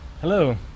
Hello